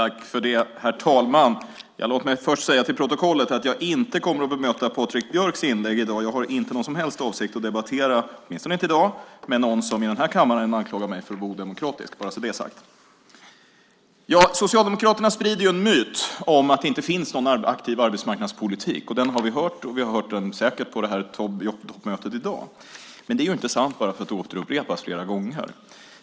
Herr talman! Låt mig först säga för protokollet att jag inte kommer att bemöta Patrik Björcks inlägg i dag. Jag har inte någon som helst avsikt att debattera - åtminstone inte i dag - med någon som i den här kammaren anklagar mig för att vara odemokratisk. Då är det sagt. Socialdemokraterna sprider en myt om att det inte finns någon aktiv arbetsmarknadspolitik. Den har vi hört, och den hördes säkert på jobbtoppmötet i dag. Men det är inte sant bara för att det upprepas flera gånger.